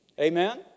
Amen